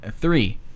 three